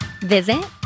Visit